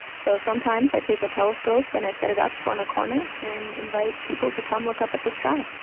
so sometimes i take a telescope and i set it up on a corner and invite people to come look up at the sky.